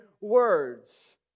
words